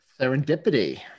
Serendipity